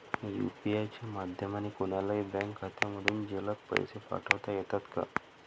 UPI च्या माध्यमाने कोणलाही बँक खात्यामधून जलद पैसे पाठवता येतात का?